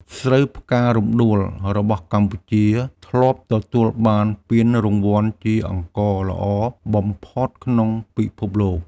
ស្រូវផ្ការំដួលរបស់កម្ពុជា ធ្លាប់ទទួលបានពានរង្វាន់ជាអង្ករល្អបំផុតក្នុងពិភពលោក។